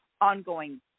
ongoing